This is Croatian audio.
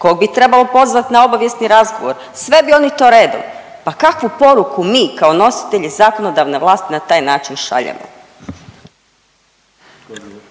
kog bi trebalo pozvat na obavijesni razgovor, sve bi oni to redom. Pa kakvu poruku mi kao nositelji zakonodavne vlasti na taj način šaljemo?